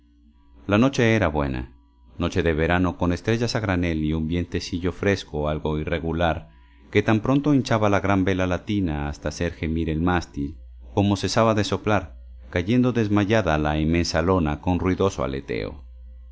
la noche era buena noche de verano con estrellas a granel y un vientecillo fresco algo irregular que tan pronto hinchaba la gran vela latina hasta hacer gemir el mástil como cesaba de soplar cayendo desmayada la inmensa lona con ruidoso aleteo